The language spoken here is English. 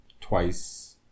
twice